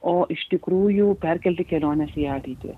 o iš tikrųjų perkelti keliones į ateitį